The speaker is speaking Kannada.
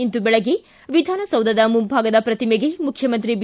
ಇಂದು ಬೆಳಗ್ಗೆ ವಿಧಾನಸೌಧದ ಮುಂಭಾಗದ ಪ್ರತಿಮೆಗೆ ಮುಖ್ಯಮಂತ್ರಿ ಬಿ